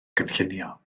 gynllunio